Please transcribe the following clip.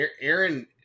Aaron